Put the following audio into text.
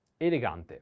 elegante